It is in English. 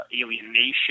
alienation